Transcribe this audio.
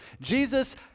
Jesus